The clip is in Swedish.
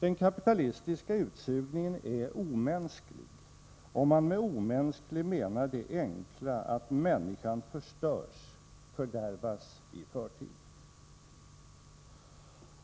Den kapitalistiska utsugningen är omänsklig, om man med omänsklig menar det enkla att människan förstörs, fördärvas i förtid.